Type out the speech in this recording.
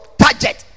target